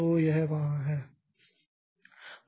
तो यह वहाँ है